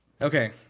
Okay